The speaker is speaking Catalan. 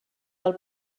del